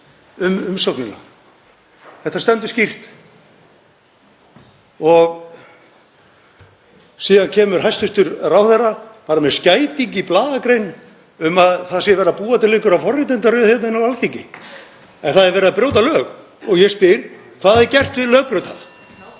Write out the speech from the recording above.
umsóknina.“ Þetta stendur skýrt. Síðan kemur hæstv. ráðherra bara með skæting í blaðagrein um að verið sé að búa til einhverja forréttindaröð hérna á Alþingi. En það er verið að brjóta lög, og ég spyr: Hvað er gert við lögbrjóta?